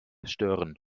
stören